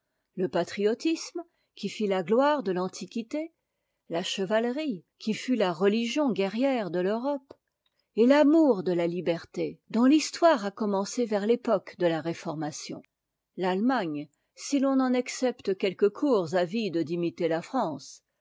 le patriotisme qui lit la gloire de l'antiquité j la chevalerie qui fut la religion guerrière de i'hum de lacretdtc rope et l'amour de la liberté dont l'histoire a commencé vers l'époque de la réformation l'allemagne si l'on en excepte quelques cours avides d'imiter la france